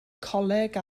coleg